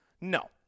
No